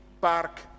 park